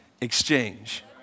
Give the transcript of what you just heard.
exchange